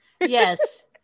Yes